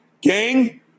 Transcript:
Gang